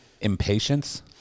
impatience